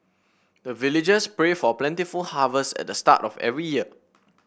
the villagers pray for plentiful harvest at the start of every year